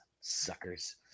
suckers